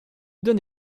donne